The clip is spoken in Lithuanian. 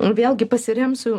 vėlgi pasiremsiu